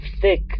thick